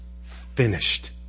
finished